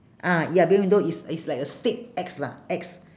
ah ya below the window is is like a stick X lah X